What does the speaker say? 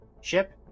ship